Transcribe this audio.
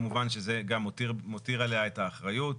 כמובן שזה גם מותיר עליה את האחריות.